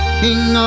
king